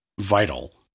vital